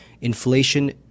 Inflation